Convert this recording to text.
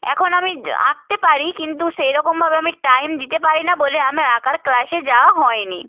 এখন আমি আঁকতে পারি কিন্তু সেই রকমভাবে আমি টাইম দিতে পারি না বলে আমার আঁকার ক্লাসে যাওয়া হয় নি